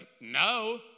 No